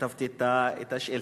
כשכתבתי את השאילתא,